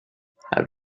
have